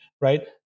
right